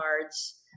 cards